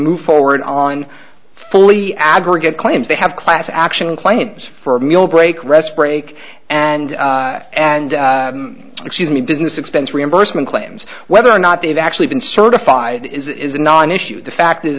move forward on fully aggregate claims they have class action claims for mill break rest break and and excuse me business expense reimbursement claims whether or not they've actually been certified is a non issue the fact is